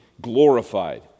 glorified